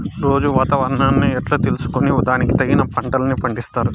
రోజూ వాతావరణాన్ని ఎట్లా తెలుసుకొని దానికి తగిన పంటలని పండిస్తారు?